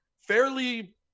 fairly